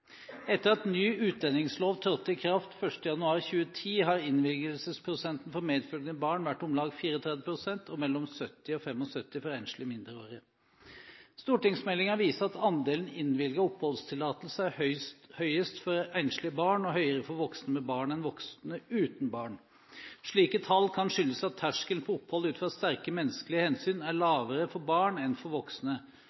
Etter at ny utlendingslov trådte i kraft 1. januar 2010, har innvilgelsesprosenten for medfølgende barn vært om lag 34 pst. og mellom 70 og 75 pst. for enslige mindreårige. Stortingsmeldingen viser at andelen innvilgede oppholdstillatelser er høyest for enslige barn og høyere for voksne med barn enn voksne uten barn. Slike tall kan skyldes at terskelen for opphold ut fra sterke menneskelige hensyn er